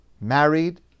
married